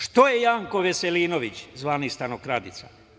Šta je Janko Veselinović, zvani stanokradica?